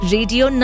Radio